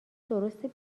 درسته